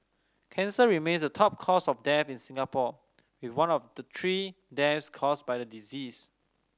cancer remains the top cause of death in Singapore with one of the three deaths caused by the disease